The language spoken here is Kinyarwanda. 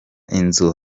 inzu